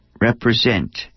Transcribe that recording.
represent